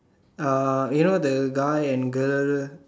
um you know the guy and girl